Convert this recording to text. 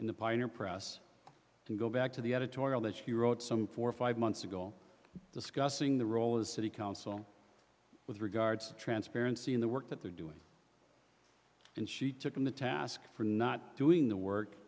in the pioneer press and go back to the editorial that you wrote some four or five months ago discussing the role of the city council with regards to transparency in the work that they're doing and she took them to task for not doing the work